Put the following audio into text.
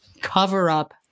cover-up